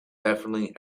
definitely